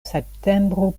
septembro